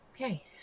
Okay